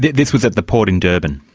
this was at the port in durban.